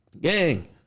gang